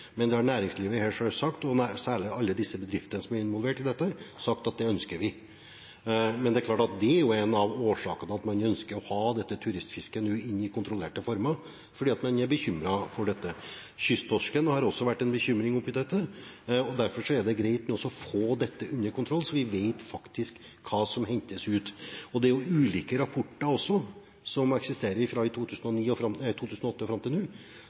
men næringslivet, særlig alle de bedriftene som er involvert i dette, har selv sagt at dette ønsker de. Men det er klart at en av årsakene til at man ønsker å ha turistfisket i kontrollerte former, er at man er bekymret for dette. Kysttorsken har også vært en bekymring i dette. Derfor er det greit å få dette under kontroll, så vi vet hva som faktisk hentes ut. Det er ulike rapporter fra 2008 og fram til nå som peker på hvor stort omfang dette har. Det er snakk om store mengder i noen rapporter, og